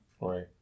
Right